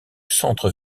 centre